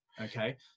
okay